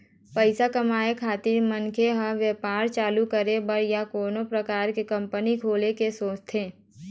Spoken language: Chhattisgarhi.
पइसा कमाए खातिर मनखे ह बेपार चालू करे बर या कोनो परकार के कंपनी खोले के सोचथे